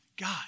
God